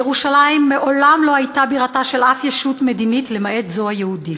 ירושלים מעולם לא הייתה בירתה של שום ישות מדינית למעט זו היהודית,